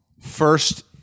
first